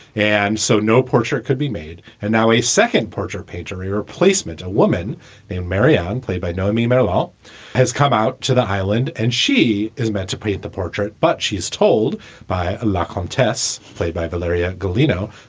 and so no portrait could be made. and now a second portrait page, um a replacement, a woman named marianne, played by no means what um has come out to the island. and she is meant to create the portrait. but she is told by a la contests played by valeria galeano,